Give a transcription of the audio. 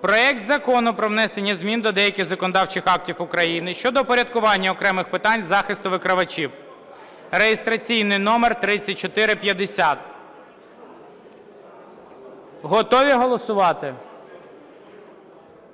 проект Закону про внесення змін до деяких законодавчих актів України щодо упорядкування окремих питань захисту викривачів (реєстраційний номер 3450). Готові голосувати?